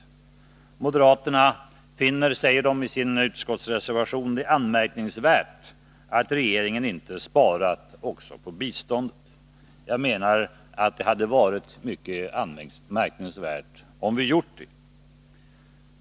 5 maj 1982 Moderaterna finner det, som de skriver i sin utskottsreservation, anmärkningsvärt att regeringen inte sparat också på biståndet. Jag menar att — Internationellt det hade varit mycket anmärkningsvärt om vi gjort det.